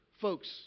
Folks